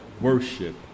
worship